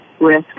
risk